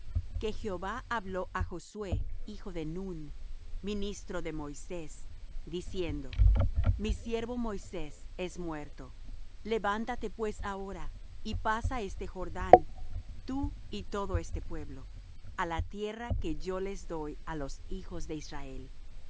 que jehová habló á josué hijo de nun ministro de moisés diciendo mi siervo moisés es muerto levántate pues ahora y pasa este jordán tú y todo este pueblo á la tierra que yo les doy á los hijos de israel